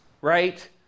right